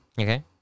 Okay